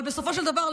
אבל בסופו של דבר,